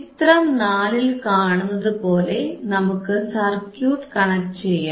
ചിത്രം 4ൽ കാണുന്നതുപോലെ നമുക്ക് സർക്യൂട്ട് കണക്ട് ചെയ്യാം